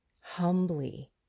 humbly